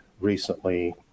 recently